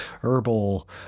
herbal